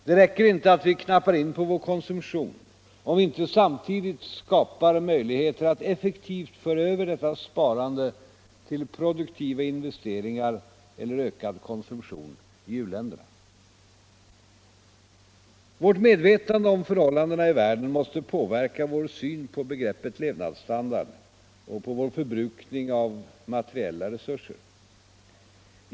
Det räcker inte att vi knappar in på vår konsumtion om vi inte samtidigt skapar möjligheter att effektivt föra över detta sparande till produktiva investeringar eller ökad konsumtion i u-länderna. Vårt medvetande om förhållandena i världen måste påverka vår syn på begreppet levnadsstandard och vår förbrukning av materiella resurser.